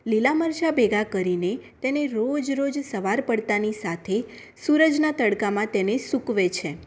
લીલા મરચા ભેગા કરીને તેને રોજ રોજ સવાર પડતાંની સાથે સુરજના તડકામાં તેને સૂકવે છે